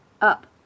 up